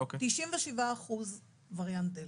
97% וריאנט דלתא.